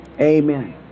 Amen